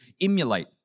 emulate